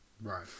Right